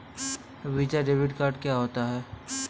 Visa debit card क्या होता है?